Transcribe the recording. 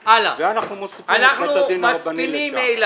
ואנחנו מוסיפים את בית הדין הרבני לשם.